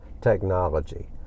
technology